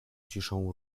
ciszą